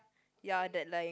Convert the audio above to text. ya they lying